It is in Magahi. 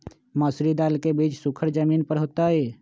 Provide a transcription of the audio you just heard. मसूरी दाल के बीज सुखर जमीन पर होतई?